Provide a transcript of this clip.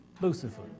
Lucifer